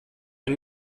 ein